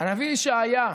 הנביא ישעיה,